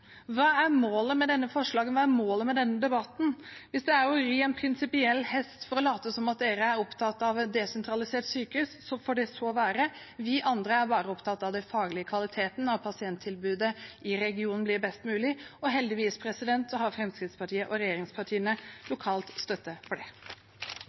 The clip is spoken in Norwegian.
Hva er målet med dette forslaget, hva er målet med denne debatten? Hvis det er å ri en prinsipiell hest for å late som om de er opptatt av et desentralisert sykehus, får det så være. Vi andre er bare opptatt av den faglige kvaliteten og at pasienttilbudet i regionen blir best mulig, og heldigvis har Fremskrittspartiet og regjeringspartiene